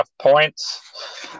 points